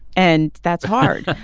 and that's hard.